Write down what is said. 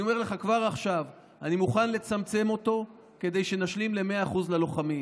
אני אומר לך כבר עכשיו: אני מוכן לצמצם אותו כדי שנשלים ל-100% ללוחמים.